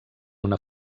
una